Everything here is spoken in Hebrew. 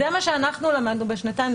זה מה שאנחנו למדנו בשנתיים.